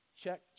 check